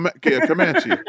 Comanche